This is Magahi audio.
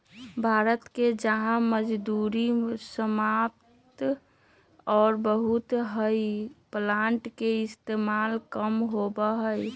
भारत में जहाँ मजदूरी सस्ता और बहुत हई प्लांटर के इस्तेमाल कम होबा हई